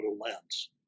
lens